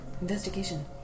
investigation